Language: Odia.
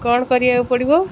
କ'ଣ କରିବାକୁ ପଡ଼ିବ